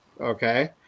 Okay